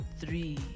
three